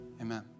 Amen